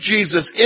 Jesus